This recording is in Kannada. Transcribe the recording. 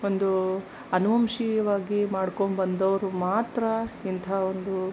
ಒಂದು ಅನುವಂಶೀಯವಾಗಿ ಮಾಡ್ಕೊಂಡ್ಬಂದವರು ಮಾತ್ರ ಇಂತಹ ಒಂದು